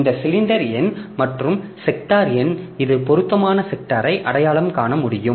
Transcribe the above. இந்த சிலிண்டர் எண் மற்றும் செக்டார் எண் இது பொருத்தமான செக்டாரை அடையாளம் காண முடியும்